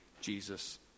Jesus